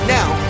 now